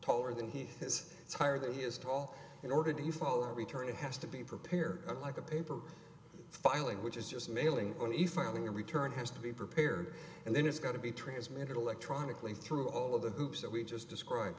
taller than he has it's higher than he is tall in order to you follow return it has to be prepared like a paper filing which is just mailing only filing a return has to be prepared and then it's got to be transmitted electronically through all of the hoops that we just described